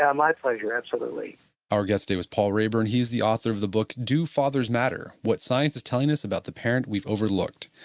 um my pleasure, absolutely our guest today was paul raeburn. he's the author of the book, do fathers matter? what science is telling us about the parent we've overlooked.